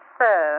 sir